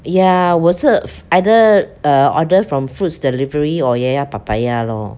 ya 我是 either uh order from fruits delivery or ya ya papaya lor